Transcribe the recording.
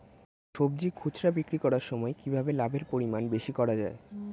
সবজি খুচরা বিক্রি করার সময় কিভাবে লাভের পরিমাণ বেশি করা যায়?